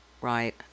Right